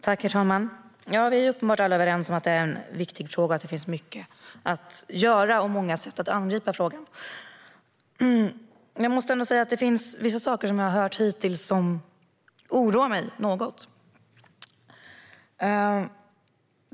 Herr talman! Vi är uppenbart alla överens om att det är en viktig fråga, att det finns mycket att göra och många sätt att angripa frågan. Det finns vissa saker som jag har hört hittills som oroar mig något.